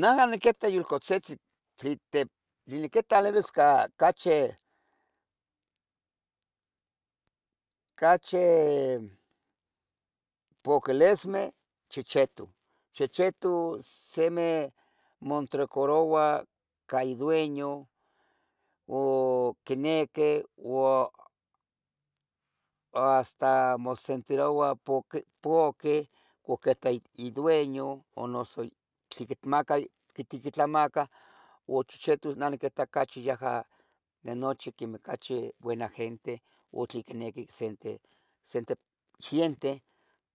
Naha niquita yulcatzitzi tlen te, tlen niquitla tlalibis cachi, cachi, poquilismeh, chechetu, chechetu semih mo entregaroua ca idueño u quinequi, a, hasta mosentiroua poqui poquih cuac quita idueño o noso tli icmaca quitiquitlamacah, ua chichitu neh niquita ocachi yaha de nochi ocachi quemeh buena giente, o tle icniqui senteh, senteh giente,